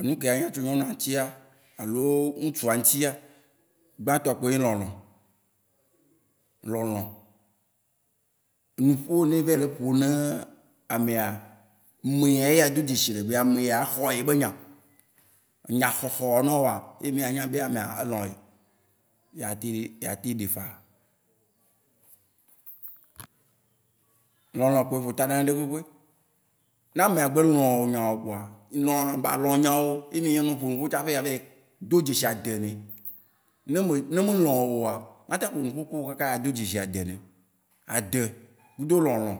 Enu ke yeanyo tso nyɔnua ntsia alo nutsua ntsia,, gbãtɔa kpoe nyi lɔlɔ. Lɔlɔ. Nuƒo yine evayi le ƒo ne amea mea ye adɔ dze shi le be ameya exɔ ye be nya. Enya xɔxɔ na woa, ye mee anya be amea, elɔ ye., yeate yeate ɖe faa. Lɔlɔ kpoe ƒo ta ne nuɖe kpekpe. Ne amea gbe lɔ nya wò kpoa, lɔ̃ ba le nya wò ye mìa nɔ ƒo nupo tsaƒe avayi do dzesi ade nɛ. Ne mè-ne mé lɔ̃ wò oa, mate apo nupo kuwo kaka ado dzesi ade nɛo. Ade kudo lɔlɔ,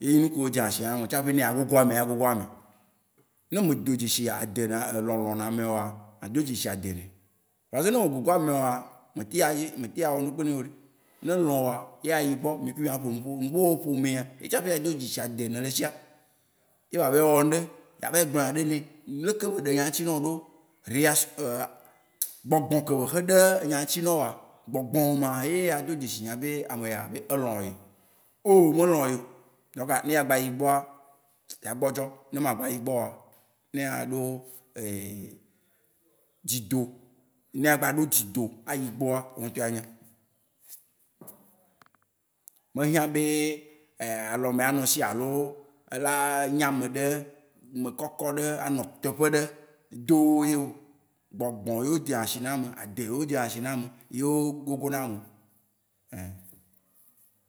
yenyi nuke wó dzeashi name tsaƒe ne a agogo amea, agogo ame. Nɛ me do dzesi ade ne- lɔlɔ ne amea oa, ma ado dzesi ade nɛo. Parce que ne menɔ du ku amea oa, mete ya- meta ya wɔ nu kudoe ɖe. Ne elɔ wòa, yeayi egbɔ. Mikui mía po nupo. Nupo popo mea, ye tsaƒe ado dzeshi ade yi ne le eshia. Ye bea vayi wɔ nuɖe, avayi gblɔ ne-ɖeke be ɖo nya ŋutsi nawò ɖo, réaction gbɔgbɔ ke be xe ɖo enya ŋutsi ne wòa, gbɔgbɔ ma ye ado dzeshi nyaabe ameya, be elɔ ye. O melɔ yeo. Donka ne agba yi ebgɔa, la agbɔdzɔ Ne ma agba yi egbɔ oa, ne aɖo dzido ne agba aɖo dzido ayi egbɔa,, wò ŋutɔ anya. Mehiã be alɔ me anɔ esi alo, ela nyi ameɖe, ame kɔkɔ ɖe anɔ teƒe ɖe doo yeo, gbɔgbɔ yeo dzena shi ma ame, ade yeo dzena shi ma ame ye wó gogo na ame.